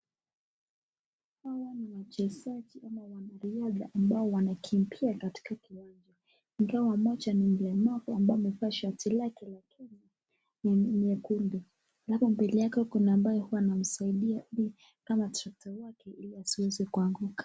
Hawa ni wachezaji ama wanariadha ambao wanakimbia katika kiwanja hii ingawa moja ni mlemavu ambaye amevaa shati la Kenya